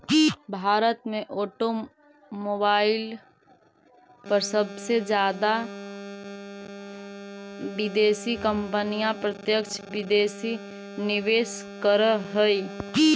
भारत में ऑटोमोबाईल पर सबसे जादा विदेशी कंपनियां प्रत्यक्ष विदेशी निवेश करअ हई